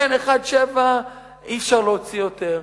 אין 1.7, אי-אפשר להוציא יותר.